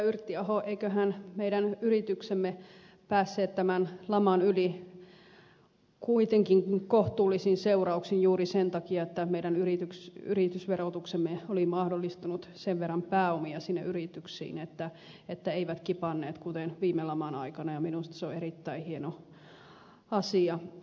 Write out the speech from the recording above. yrttiaho eivätköhän meidän yrityksemme päässeet tämän laman yli kuitenkin kohtuullisin seurauksin juuri sen takia että yritysverotuksemme oli mahdollistanut sen verran pääomia sinne yrityksiin että eivät kipanneet kuten viime laman aikana ja minusta se on erittäin hieno asia